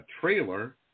trailer